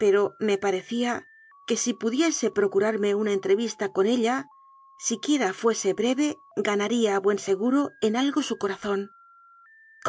pero me parecía que si pu diese procurarme una entrevista con ella siquiera fuese breve ganaría a buen seguro en algo su co razón